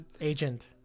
agent